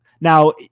Now